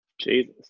jesus